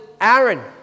Aaron